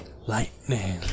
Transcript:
Lightning